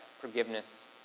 forgiveness